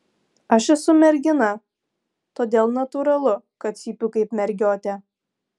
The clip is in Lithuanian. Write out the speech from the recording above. aš esu mergina todėl natūralu kad cypiu kaip mergiotė